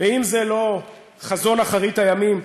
ואם זה לא חזון אחרית הימים,